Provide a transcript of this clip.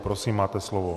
Prosím, máte slovo.